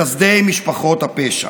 לחסדי משפחות הפשע.